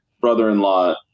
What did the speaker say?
brother-in-law